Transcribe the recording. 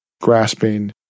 grasping